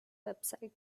website